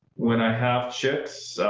when i have chicks,